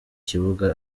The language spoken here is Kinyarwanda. kibuga